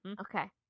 Okay